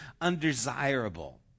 undesirable